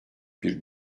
bir